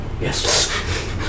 Yes